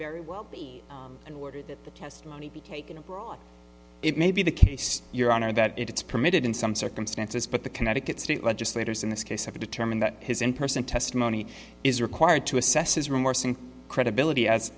very well be an order that the testimony be taken abroad it may be the case your honor that it's permitted in some circumstances but the connecticut state legislators in this case have determined that his in person testimony is required to assess his remorse and credibility as